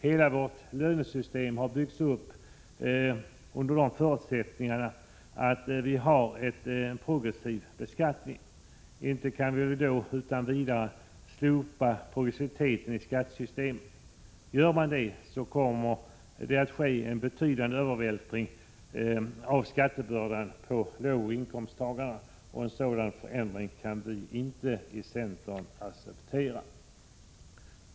Hela vårt lönesystem har byggts upp på förutsättningen av ett inslag av progressiv beskattning. Inte kan vi väl då utan vidare slopa progressiviteten i skattesystemet? Gör man det, så kommer det att ske en betydande övervältring av skattebördan på lågoch medelinkomsttagarna, och en sådan förändring kan vi i centern inte acceptera.